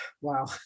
Wow